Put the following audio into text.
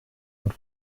und